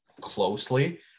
closely